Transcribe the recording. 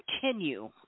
continue